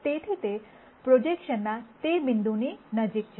તેથી તે પ્રોજેકશનના તે બિંદુની નજીક છે